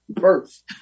first